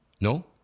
No